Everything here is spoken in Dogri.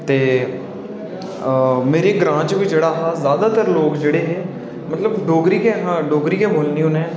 ते मेरे ग्रां च जेह्ड़ा हा ज्यादातर लोक जेह्ड़े मतलब हां डोगरी गै बोलनी उ'नें